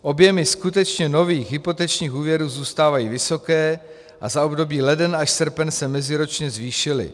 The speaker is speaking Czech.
Objemy skutečně nových hypotečních úvěrů zůstávají vysoké a za období leden až srpen se meziročně zvýšily.